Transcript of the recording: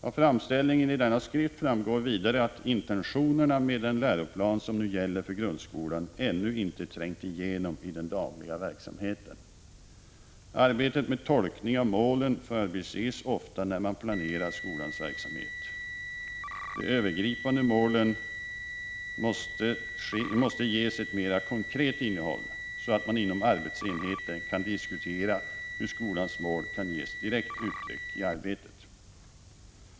Av framställningen i denna skrift framgår vidare att intentionerna med den läroplan som nu gäller för grundskolan ännu inte har trängt igenom i den dagliga verksamheten. Arbetet med tolkning av målen förbises ofta när man planerar skolans verksamhet. De övergripande målen måste ges ett mera konkret innehåll, så att man inom arbetsenheter skall kunna diskutera hur skolans mål kan ges direkt uttryck i arbetet.